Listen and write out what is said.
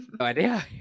idea